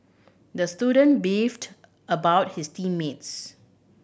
the student beefed about his team mates